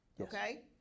Okay